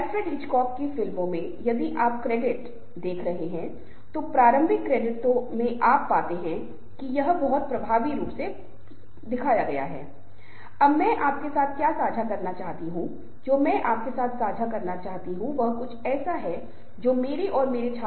self definition के रूप में हरएक समूह में हर सदस्य उत्साह से विश्वास से जाता है की हाँ मैं यह कर सकता हूँदूसरों को प्रोत्साहित करते हुए कि आप ऐसा करते हैं और फिर हम एक आम लक्ष्य के लिए एक साथ काम करते हैं